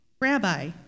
Rabbi